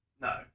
No